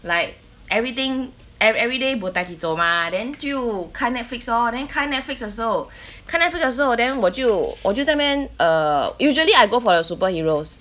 like everything everyday mah then 就看 Netflix lor then 看 Netflix 的时候看 Netflix 的时候 then 我就我就在那边 err usually I go for the superheroes